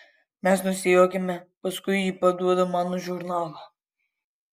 mes nusijuokiame paskui ji paduoda man žurnalą